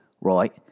right